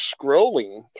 scrolling